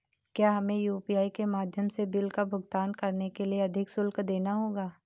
क्या हमें यू.पी.आई के माध्यम से बिल का भुगतान करने के लिए अधिक शुल्क देना होगा?